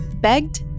begged